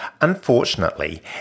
Unfortunately